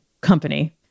company